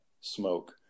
smoke